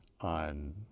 on